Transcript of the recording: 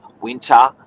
winter